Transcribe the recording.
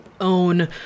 own